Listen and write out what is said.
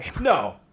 No